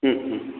হুম হুম